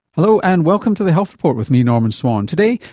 hello, and welcome to the health report with me, norman swan. today,